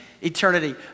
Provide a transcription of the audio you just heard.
eternity